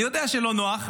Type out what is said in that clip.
אני יודע שזה לא נוח,